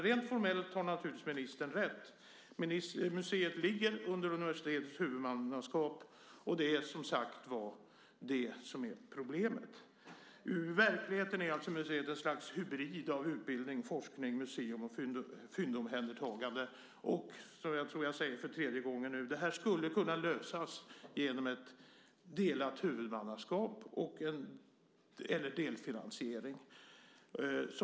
Rent formellt har ministern naturligtvis rätt. Museet ligger under universitetets huvudmannaskap, och det är just det som är problemet. I verkligheten är museet en hybrid av utbildning, forskning, museum och fyndomhändertagande. Det här skulle kunna lösas, säger jag nu för tredje gången, genom ett delat huvudmannaskap eller delfinansiering.